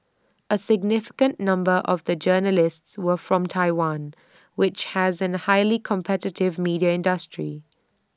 A significant number of the journalists were from Taiwan which has A highly competitive media industry